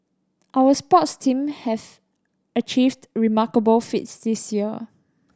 our sports team have achieved remarkable feats this year